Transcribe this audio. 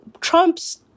Trump's